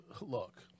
look